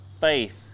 faith